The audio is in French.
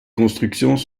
constructions